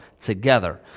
together